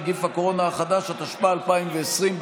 התשפ"א 2020,